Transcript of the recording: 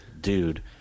dude